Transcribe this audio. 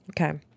Okay